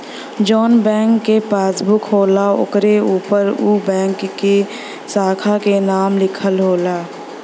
जौन बैंक क पासबुक होला ओकरे उपर उ बैंक के साखा क नाम लिखल होला